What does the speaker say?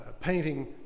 painting